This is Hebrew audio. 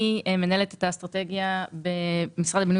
אני מנהלת את האסטרטגיה במשרד הבינוי